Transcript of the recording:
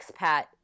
expat